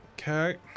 Okay